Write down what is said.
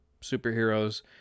superheroes